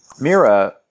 Mira